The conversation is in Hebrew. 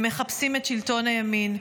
הם מחפשים את שלטון הימין.